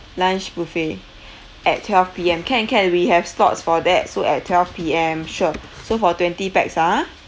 lunch buffet at twelve P_M can can we have slots for that so at twelve P_M sure so for twenty pax ah